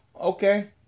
Okay